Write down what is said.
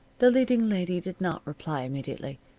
the leading lady did not reply immediately.